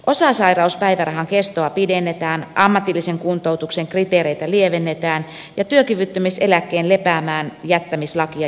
osasairauspäivärahan kestoa pidennetään ammatillisen kuntoutuksen kriteereitä lievennetään ja työkyvyttömyyseläkkeen lepäämäänjättämislakia jatketaan